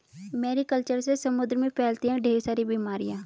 Mary culture से समुद्र में फैलती है ढेर सारी बीमारियां